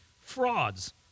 frauds